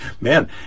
man